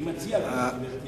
אני מציע, גברתי